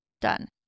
Done